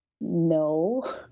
No